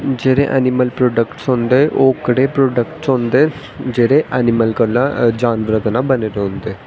जेह्ड़े animal products होंदे ओह् केह्ड़े प्रोडक्टस होंदे जेह्ड़े ऐनीमल कोला जानवरें कोला बने दे होंदे